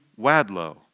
Wadlow